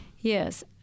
Yes